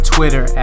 Twitter